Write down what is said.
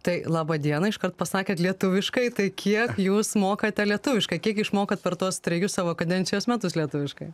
tai laba diena iškart pasakėte lietuviškai tai kiek jūs mokate lietuviškai kiek išmokot per tuos trejus savo kadencijos metus lietuviškai